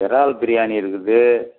இறால் பிரியாணி இருக்குது